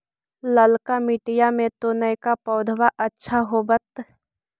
ललका मिटीया मे तो नयका पौधबा अच्छा होबत?